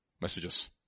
messages